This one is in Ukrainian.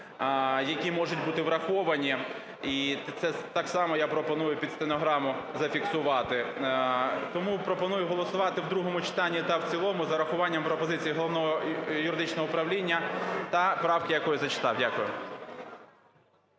які можуть бути враховані. І це так само я пропоную під стенограму зафіксувати. Тому пропоную голосувати в другому читанні та в цілому з урахуванням пропозицій Головного юридичного